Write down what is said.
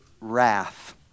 wrath